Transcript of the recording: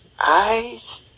eyes